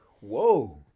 Whoa